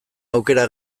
aukera